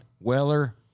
Weller